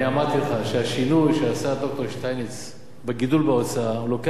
אני אמרתי לך שהשינוי שעשה ד"ר שטייניץ בגידול בהוצאה מביא